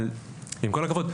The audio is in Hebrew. עם כל הכבוד,